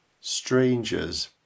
strangers